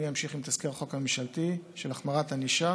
אני אמשיך עם תזכיר החוק הממשלתי של החמרת ענישה